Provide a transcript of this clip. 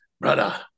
brother